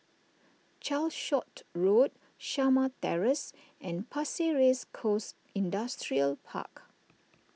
Calshot Road Shamah Terrace and Pasir Ris Coast Industrial Park